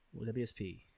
WSP